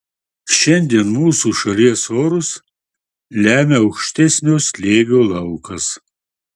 šiandien mūsų šalies orus lemia aukštesnio slėgio laukas